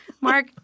Mark